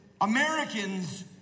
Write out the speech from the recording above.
Americans